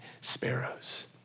sparrows